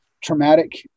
traumatic